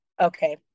okay